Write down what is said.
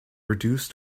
reduced